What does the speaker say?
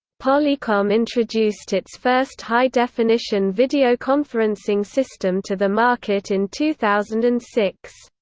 polycom introduced its first high definition video conferencing system to the market in two thousand and six.